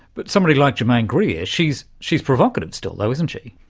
but somebody like germaine greer, she's she's provocative still, though, isn't she?